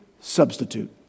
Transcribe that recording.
substitute